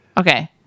Okay